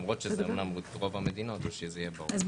למרות שאלה רוב המדינות, אבל שיהיה ברור.